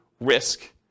risk